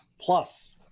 plus